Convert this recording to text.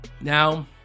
now